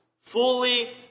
fully